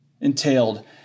entailed